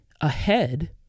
ahead